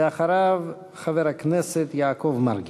אחריו, חבר הכנסת יעקב מרגי.